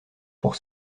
pour